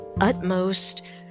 utmost